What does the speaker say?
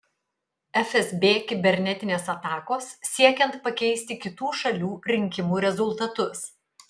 fsb kibernetinės atakos siekiant pakeisti kitų šalių rinkimų rezultatus